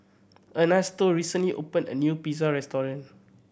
Ernesto recently opened a new Pizza Restaurant